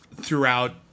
throughout